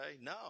No